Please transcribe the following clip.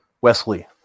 wesley